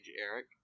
Eric